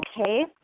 okay